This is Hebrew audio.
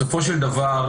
בסופו של דבר,